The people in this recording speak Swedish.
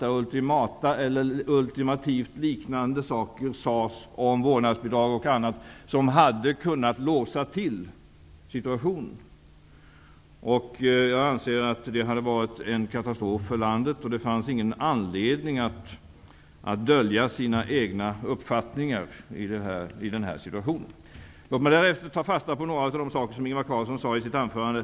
Där sades liknande ultimativa saker om vårdnadsbidraget som hade kunnat låsa situationen. Jag anser att det hade varit en katastrof för landet. Det fanns ingen anledning att dölja sina egna uppfattningar i den här situationen. Låt mig därefter ta fasta på några av de saker som Ingvar Carlsson tog upp i sitt anförande.